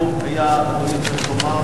זה בגלל מפת האשפוז?